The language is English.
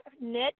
knit